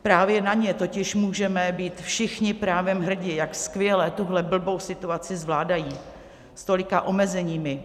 Právě na ně totiž můžeme být všichni právem hrdi, jak skvěle tuhle blbou situaci zvládají, s tolika omezeními.